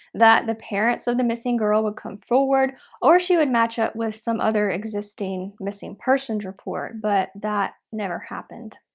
that the parents of the missing girl would come forward or she would match up with some other existing missing persons report. but that never happened.